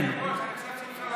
אדוני היושב-ראש,